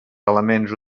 elements